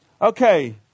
Okay